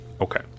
Okay